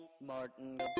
Martin